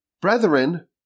brethren